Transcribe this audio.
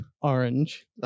orange